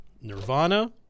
Nirvana